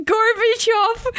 Gorbachev